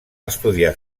estudiar